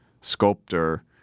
sculptor